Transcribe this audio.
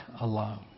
alone